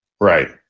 Right